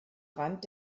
rand